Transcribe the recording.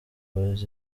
boys